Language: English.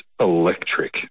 electric